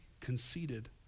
conceited